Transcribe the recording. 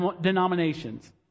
denominations